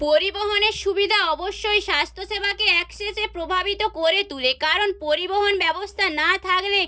পরিবহণের সুবিধা অবশ্যই স্বাস্থ্যসেবাকে অ্যাক্সেসে প্রভাবিত করে তোলে কারণ পরিবহণ ব্যবস্থা না থাকলে